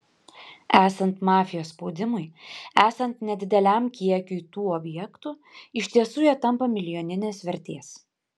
esant mafijos spaudimui esant nedideliam kiekiui tų objektų iš tiesų jie tampa milijoninės vertės